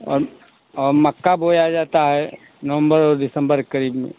और और मक्का बोया जाता है नवंबर और दिसंबर के करीब में